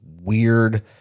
weird